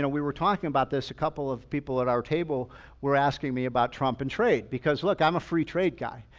we were talking about this, a couple of people at our table were asking me about trump and trade, because look, i'm a free trade guy.